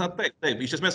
na taip taip iš esmės